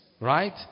right